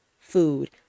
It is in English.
food